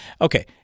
Okay